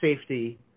safety